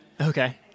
Okay